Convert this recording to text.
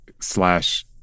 slash